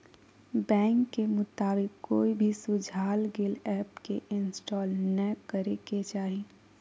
bank के मुताबिक, कोई भी सुझाल गेल ऐप के इंस्टॉल नै करे के चाही